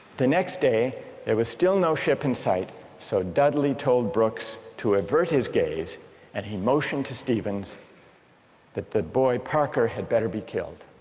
the next day there was still no ship in sight so a dudley told brooks to avert his gaze and he motioned to stephens that the boy parker had better be killed.